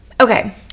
Okay